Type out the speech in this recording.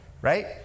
right